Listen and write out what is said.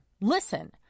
Listen